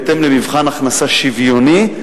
בהתאם למבחן הכנסה שוויוני,